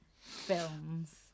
films